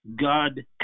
God